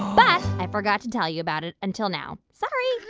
but i forgot to tell you about it until now. sorry.